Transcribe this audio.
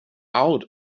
out